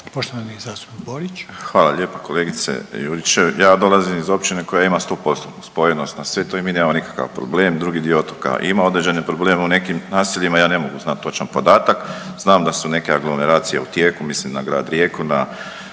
**Borić, Josip (HDZ)** Hvala lijepo kolegice Juričev, ja dolazim iz općine koja ima 100% spojenost na sve to i mi nemamo nikakav problem, drugi dio otoka ima određene probleme u nekim naseljima, ja ne mogu znat točan podatak, znam da su neke aglomeracije u tijeku, mislim na grad Rijeku,